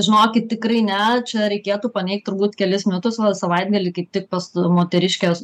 žinokit tikrai ne čia reikėtų paneigt turbūt kelis mitus vat savaitgalį kaip tik pas moteriškes